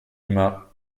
humain